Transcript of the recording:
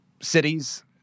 cities